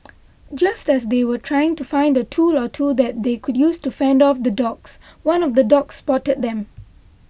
just as they were trying to find a tool or two that they could use to fend off the dogs one of the dogs spotted them